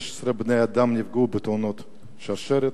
16 בני-אדם נפגעו בתאונת שרשרת,